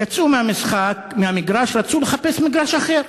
יצאו מהמגרש ורצו לחפש מגרש אחר.